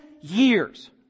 years